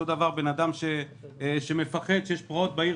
אותו דבר אדם שמפחד כי יש פרעות בעיר